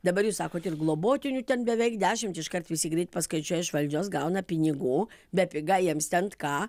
dabar jūs sakot ir globotinių ten beveik dešimt iškart visi greit paskaičiuoja iš valdžios gauna pinigų be piga jiems ten ką